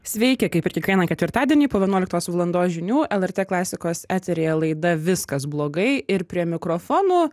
sveiki kaip ir kiekvieną ketvirtadienį po vienuoliktos valandos žinių lrt klasikos eteryje laida viskas blogai ir prie mikrofonų